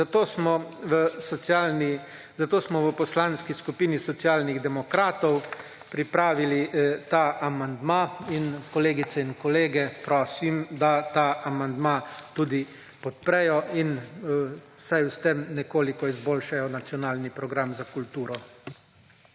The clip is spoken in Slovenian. Zato smo v Poslanski skupini Socialnih demokratov pripravili ta amandma in kolegice in kolege prosim, da ta amandma tudi podprejo in vsaj s tem nekoliko izboljšajo Nacionalni program za kulturo.